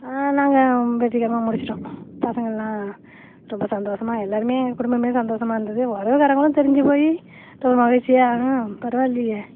ஆனால் நாங்கள் வெற்றிகரமாக முடிச்சிட்டோம் பசங்கள்லாம் ரொம்ப சந்தோசமாக எல்லாருமே எங்கள் குடும்பமே சந்தோசமாக இருந்தது உறவுக்காரங்களும் தெரிஞ்சு போய் ரொம்ப மகிழ்ச்சியாக ஆம் பரவாயில்லையே